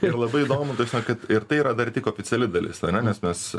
ir labai įdomu tapasme ir tai yra dar tik oficiali dalis nes mes